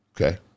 Okay